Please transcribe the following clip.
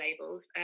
labels